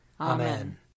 Amen